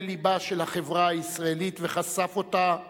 לבה של החברה הישראלית וחשף אותה חלשה,